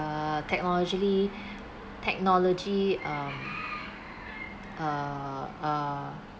uh technologily technology um uh uh